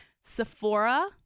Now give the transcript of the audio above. Sephora